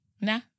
Nah